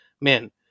man